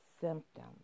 symptoms